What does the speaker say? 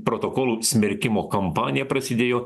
protokolų smerkimo kampanija prasidėjo